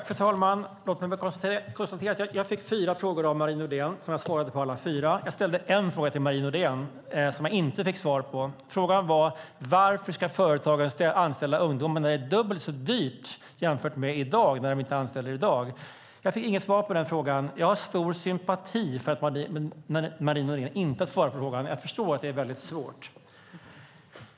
Fru talman! Låt mig konstatera att jag fick fyra frågor av Marie Nordén som jag svarade på alla fyra. Jag ställde en fråga till Marie Nordén som jag inte fick svar på. Frågan var: Varför ska företagen anställa ungdomar om det är dubbelt så dyrt som det är i dag när de inte anställer i dag? Jag fick inget svar på den frågan. Jag har stor sympati för att Marie Nordén inte svarar på frågan. Jag förstår att det är väldigt svårt.